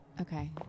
Okay